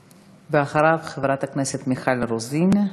ואחריו, חברת הכנסת מיכל רוזין.